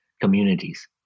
communities